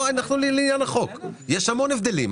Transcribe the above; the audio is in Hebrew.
יש המון הבדלים,